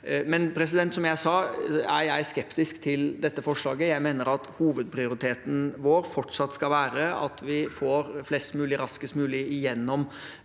landet videre. Som jeg sa, er jeg skeptisk til dette forslaget. Jeg mener at hovedprioriteten vår fortsatt skal være at vi får flest mulig raskest mulig gjennom